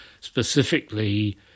specifically